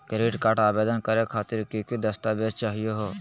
Credit card आवेदन करे खातिर की की दस्तावेज चाहीयो हो?